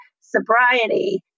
sobriety